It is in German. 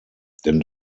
denn